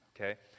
Okay